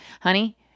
honey